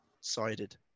sided